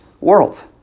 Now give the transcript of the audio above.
world